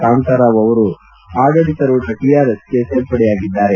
ಕಾಂತಾರಾವ್ ಅವರು ಆಡಳಿತಾರೂಢ ಟಿಆರ್ಎಸ್ಗೆ ಸೇರ್ಪಡೆಯಾಗಿದ್ದಾರೆ